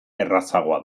errazagoa